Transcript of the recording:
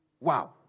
Wow